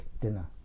dinner